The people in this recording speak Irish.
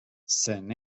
san